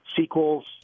sequels